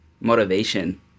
motivation